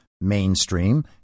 mainstream